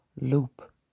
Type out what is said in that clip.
loop